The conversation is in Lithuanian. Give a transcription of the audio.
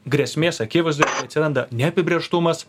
grėsmės akivaizdoj atsiranda neapibrėžtumas